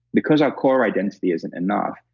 because our core identity isn't enough,